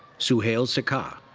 suhail sikka.